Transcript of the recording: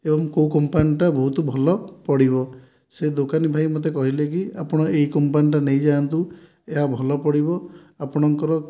ଏବଂ କୋଉ କମ୍ପାନୀଟା ବହୁତ ଭଲ ପଡ଼ିବ ସେ ଦୋକାନୀ ଭାଇ ମତେ କହିଲେ କି ଆପଣ ଏଇ କମ୍ପାନୀଟା ନେଇଯାନ୍ତୁ ଏହା ଭଲ ପଡ଼ିବ ଆପଣଙ୍କର